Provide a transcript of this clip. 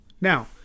Now